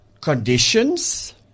conditions